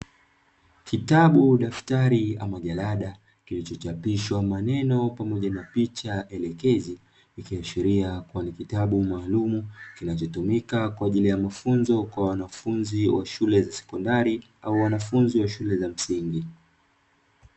Kitabu, daftari ama jalada; kilichochapishwa maneno pamoja na picha elekezi, ikiashiria kuwa ni kitabu maalumu kinachotumika kwa ajili ya mafunzo kwa wanafunzi wa shule za sekondari au wanafunzi wa shule za msingi.